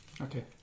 Okay